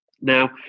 Now